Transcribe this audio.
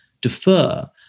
defer